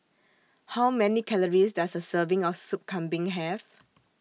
How Many Calories Does A Serving of Sup Kambing Have